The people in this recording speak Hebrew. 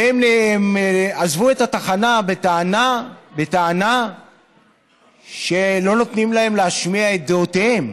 והם עזבו את התחנה בטענה שלא נותנים להם להשמיע את דעותיהם.